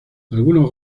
algunos